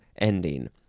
ending